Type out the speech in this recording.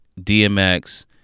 DMX